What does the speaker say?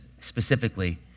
specifically